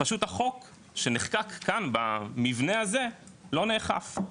פשוט החוק שנחקק כאן במבנה הזה, לא נאכף.